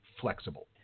flexible